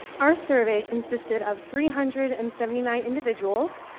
our survey consisted of three hundred and seventy nine individuals,